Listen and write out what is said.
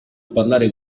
parlare